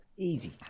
Easy